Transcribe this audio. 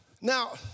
Now